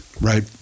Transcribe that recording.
Right